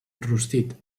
rostit